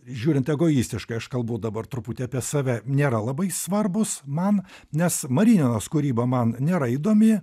žiūrint egoistiškai aš kalbu dabar truputį apie save nėra labai svarbūs man nes marininos kūryba man nėra įdomi